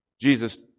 Jesus